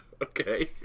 Okay